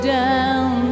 down